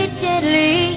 gently